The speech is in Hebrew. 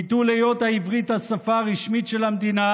ביטול היות העברית השפה הרשמית של המדינה